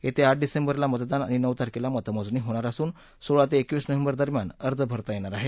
येत्या आठ डिसेंबरला मतदान आणि नऊ तारखेला मतमोजणी होणार असून सोळा ते एकवीस नोव्हेंबर दरम्यान अर्ज भरता येणार आहेत